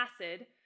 acid